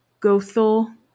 Gothel